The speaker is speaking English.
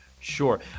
sure